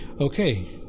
Okay